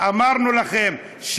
אמרנו לכם,